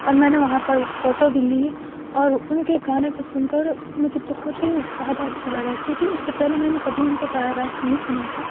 اور میں نے وہاں پر فوٹو بھی لی اور ان کے گانے کو سن کر مجھے بہت ہی زیادہ اچھا لگا کیونکہ اس سے پہلے میں نے کبھی ان کو براہ راست نہیں سنا تھا